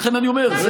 לכן, אני אומר: זה,